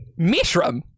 Mishram